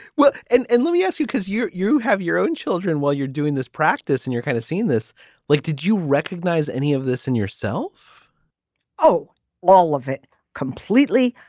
well and and let me ask you because you you have your own children while you're doing this practice and you're kind of seeing this like did you recognize any of this in yourself oh all of it completely.